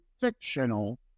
fictional